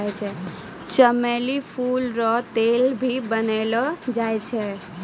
चमेली फूल रो तेल भी बनैलो जाय छै